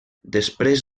després